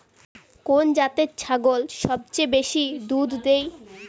কোন জাতের ছাগল সবচেয়ে বেশি দুধ দেয়?